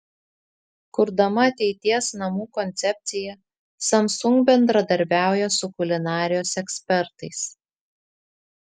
kurdama ateities namų koncepciją samsung bendradarbiauja su kulinarijos ekspertais